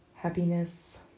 Happiness